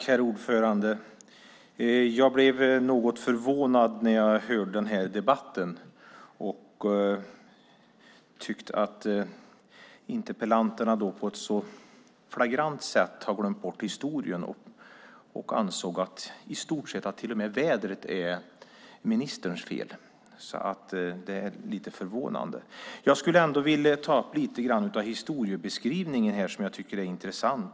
Herr talman! Jag blev något förvånad när jag hörde den här debatten och tyckte att interpellanterna på ett så flagrant sätt har glömt bort historien och i stort sett ansåg att till och med vädret är ministerns fel. Det är lite förvånande. Jag skulle vilja ta upp lite grann av historiebeskrivningen som jag tycker är intressant.